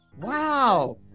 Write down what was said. wow